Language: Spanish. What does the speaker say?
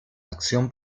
acción